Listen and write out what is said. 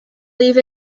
leave